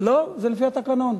לא, זה לפי התקנון.